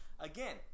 Again